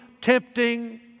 tempting